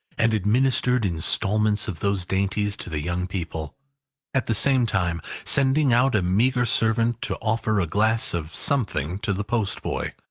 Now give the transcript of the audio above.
and administered instalments of those dainties to the young people at the same time, sending out a meagre servant to offer a glass of something to the postboy,